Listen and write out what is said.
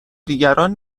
دیگران